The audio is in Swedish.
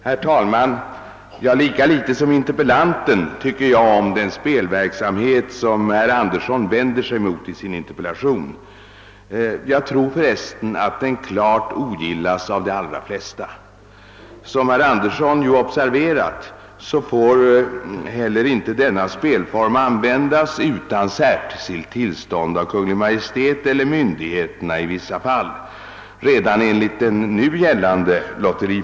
Herr talman! Jag tycker lika litet som interpellanten om den spelverksamhet som han vänt sig mot i interpellationen. Jag tror förresten att den klart ogillas av de allra flesta. Som herr Andersson i Örebro observerat får heller inte enligt gällande lotteriförordning denna spelform användas utan särskilt till stånd av Kungl. Maj:t eller av myndigheterna i vissa fall.